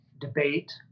debate